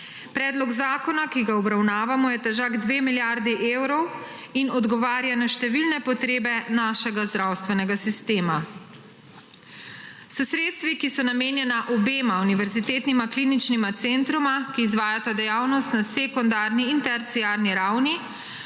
Predlog zakona, ki ga obravnavamo, je težak dve milijardi evrov in odgovarja na številne potrebe našega zdravstvenega sistema. S sredstvi, ki so namenjena obema univerzitetnima kliničnima centroma, ki izvajata dejavnost na sekundarni in terciarni ravni,